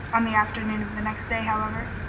on the afternoon of the next day, however,